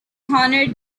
honored